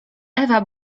ewa